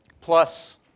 plus